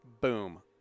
boom